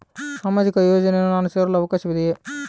ಸಾಮಾಜಿಕ ಯೋಜನೆಯನ್ನು ನಾನು ಸೇರಲು ಅವಕಾಶವಿದೆಯಾ?